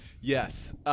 Yes